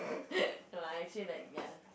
no I actually like ya